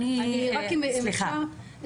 סליחה,